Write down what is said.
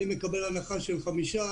אני מקבל הנחה של 5%,